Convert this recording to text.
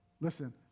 Listen